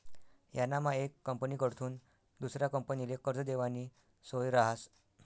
यानामा येक कंपनीकडथून दुसरा कंपनीले कर्ज देवानी सोय रहास